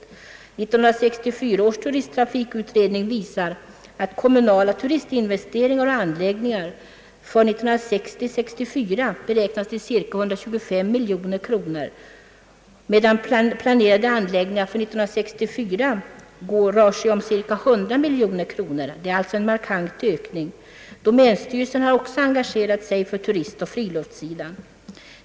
1964 års turisttrafikutredning visar att kommunala turistinvesteringar och anläggningar för turism för åren 1960—1964 beräknas till cirka 125 miljoner kronor, medan planerade anläggningar för 1964 beräknas kosta cirka 100 miljoner kronor — alltså en markant ökning. Domänstyrelsen har också engagerat sig för turistoch friluftsidan.